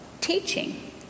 teaching